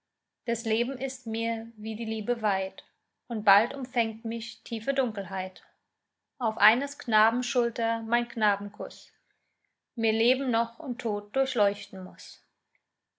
das leben ist mir wie die liebe weit und bald umfängt mich tiefe dunkelheit auf eines knaben schulter mein knabenkuß mir leben noch und tod durchleuchten muß